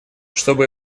чтобы